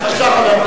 הפרעה.